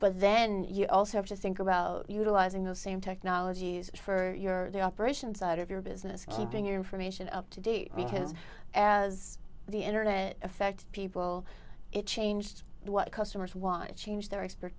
but then you also have to think about utilizing the same technologies for your the operations side of your business keeping your information up to date because as the internet affects people it changed what customers want change their expert